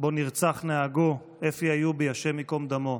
שבו נרצח נהגו אפי איובי, השם ייקום דמו.